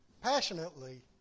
passionately